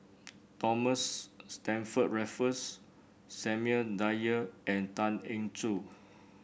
Thomas Stamford Raffles Samuel Dyer and Tan Eng Joo